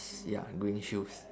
ya green shoes